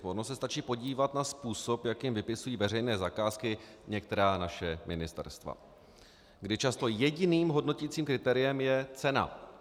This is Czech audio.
Ono se stačí podívat na způsob, jakým vypisují veřejné zakázky naše ministerstva, kde často jediným hodnoticím kritériem je cena.